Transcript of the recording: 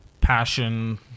Passion